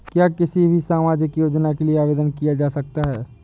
क्या किसी भी सामाजिक योजना के लिए आवेदन किया जा सकता है?